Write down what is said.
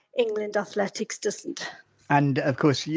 england athletics doesn't and of course, yeah